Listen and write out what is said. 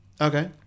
Okay